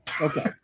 okay